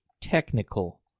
technical